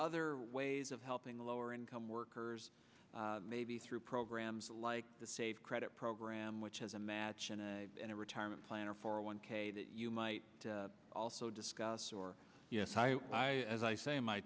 other ways of helping lower income workers maybe through programs like the save credit program which has a match in a in a retirement plan or for a one k that you might also discuss or yes hi as i say